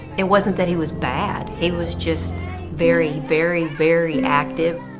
it wasn't that he was bad, he was just very, very, very active.